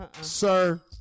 sir